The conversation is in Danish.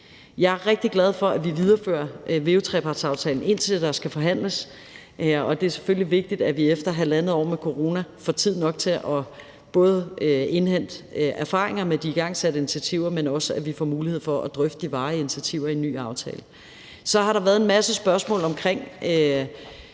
Jeg er rigtig glad for, at vi viderefører veu-trepartsaftalen, indtil der skal forhandles, og det er selvfølgelig vigtigt, at vi efter halvandet år med corona får tid nok til både at indhente erfaringer med de igangsatte initiativer, men også at vi får mulighed for at drøfte de varige initiativer i en ny aftale. Så har der været en masse spørgsmål både